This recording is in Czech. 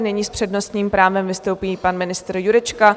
Nyní s přednostním právem vystoupí pan ministr Jurečka.